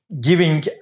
giving